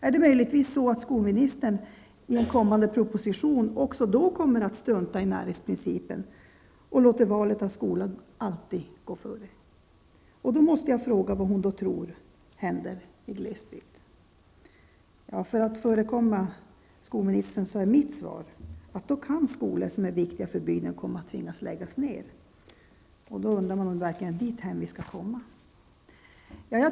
Är det möjligen så att skolministern kommer att strunta i närhetsprincipen även i en kommande proposition och alltid låta valet av skola gå före? Då måste jag fråga vad statsrådet tror händer i glesbygden. För att förekomma skolministern är mitt svar att skolor som är viktiga för bygden då kan tvingas att lägga ned. Då undrar man om det verkligen är dithän vi skall komma.